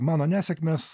mano nesėkmės